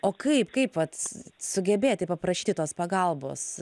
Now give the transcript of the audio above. o kaip kaip vat s sugebėti paprašyti tos pagalbos